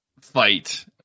fight